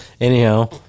Anyhow